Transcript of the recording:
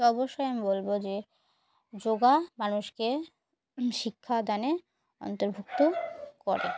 তো অবশ্যই আমি বলবো যে যোগা মানুষকে শিক্ষাদানে অন্তর্ভুক্ত করে